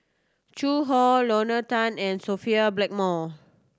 Zhu Hong Lorna Tan and Sophia Blackmore